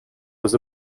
was